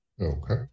Okay